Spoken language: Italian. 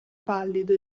pallido